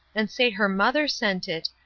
and say her mother sent it,